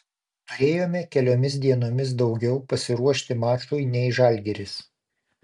turėjome keliomis dienomis daugiau pasiruošti mačui nei žalgiris